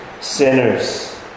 sinners